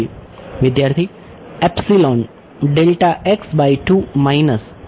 વિદ્યાર્થી epsilon delta x by 2 minus